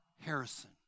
Harrison